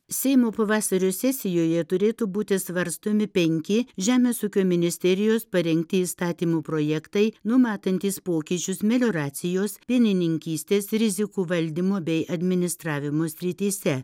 seimo pavasario sesijoje turėtų būti svarstomi penki žemės ūkio ministerijos parengti įstatymų projektai numatantys pokyčius melioracijos pienininkystės rizikų valdymo bei administravimo srityse